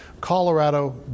colorado